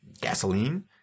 gasoline